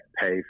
pay